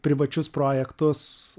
privačius projektus